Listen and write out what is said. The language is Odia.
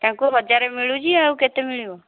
ତାଙ୍କୁ ହଜାର ମିଳୁଛି ଆଉ କେତେ ମିଳିବ